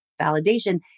validation